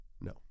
No